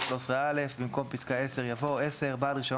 13(א) - במקום פסקה (10) יבוא: "(10)בעל רישיון